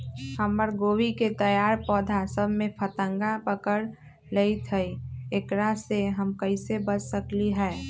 हमर गोभी के तैयार पौधा सब में फतंगा पकड़ लेई थई एकरा से हम कईसे बच सकली है?